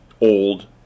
old